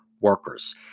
workers